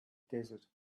desert